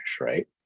right